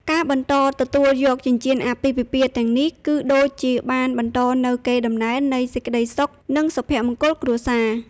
ការបន្តទទួលយកចិញ្ចៀនអាពាហ៍ពិពាហ៍ទាំងនេះ គឺដូចជាបានបន្តនូវ កេរដំណែលនៃសេចក្ដីសុខ និង សុភមង្គលគ្រួសារ។